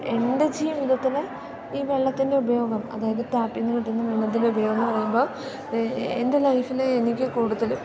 എൻ്റെ ജീവിതത്തിന് ഈ വെള്ളത്തിൻ്റെ ഉപയോഗം അതായത് ടാപ്പിൽ നിന്ന് കിട്ടുന്ന വെള്ളത്തിൻ്റെ ഉപയോഗം എന്നു പറയുമ്പോൾ എൻ്റെ ലൈഫിൽ എനിക്ക് കൂടുതലും